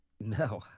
No